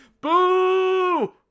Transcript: Boo